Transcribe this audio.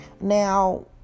Now